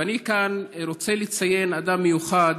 ואני כאן רוצה לציין אדם מיוחד,